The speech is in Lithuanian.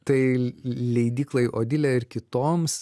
tai leidyklai odilė ir kitoms